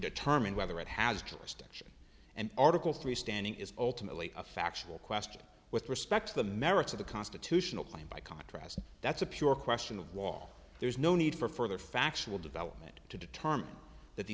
determine whether it has calista and article three standing is ultimately a factual question with respect to the merits of the constitutional claim by contrast that's a pure question of law there is no need for further factual development to determine that the